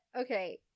okay